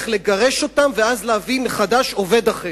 לגרש אותם ואז להביא במקומם עובדים אחרים.